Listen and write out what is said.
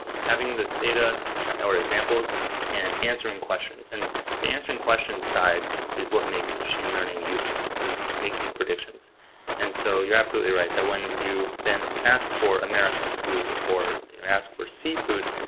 having this data or examples and answering questions. and the answering questions side is what makes machine learning useful, this making predictions and so you're absolutely right that when you then ask for american food or you ask for seafood,